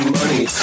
money